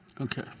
Okay